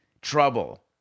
Trouble